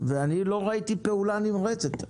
ולא ראיתי פעולה נמרצת.